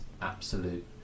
absolute